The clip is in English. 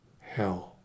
hell